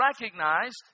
recognized